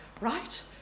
right